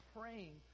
praying